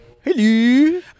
Hello